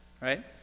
right